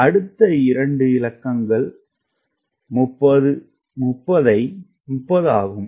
எனவே அடுத்த 2 இலக்கங்கள் 30 ஆகும்